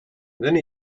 then